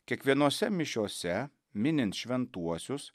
kiekvienose mišiose minint šventuosius